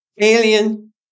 alien